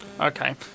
Okay